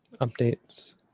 updates